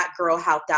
BlackGirlHealth.com